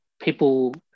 people